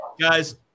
Guys